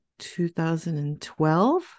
2012